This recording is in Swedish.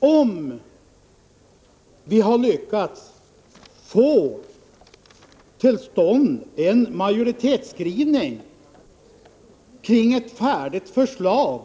Om vi hade lyckats få till stånd en majoritetsskrivning kring ett färdigt förslag